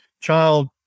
child